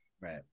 right